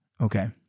Okay